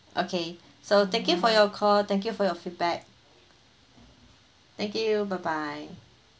okay so thank you for your call thank you for your feedback thank you bye bye